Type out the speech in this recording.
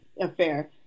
affair